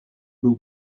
był